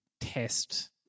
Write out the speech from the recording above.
test